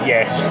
Yes